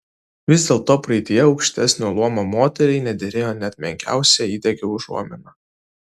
vis dėlto praeityje aukštesnio luomo moteriai nederėjo net menkiausia įdegio užuomina